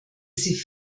sie